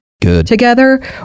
together